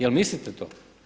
Jel' mislite to?